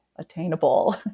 attainable